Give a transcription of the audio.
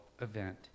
event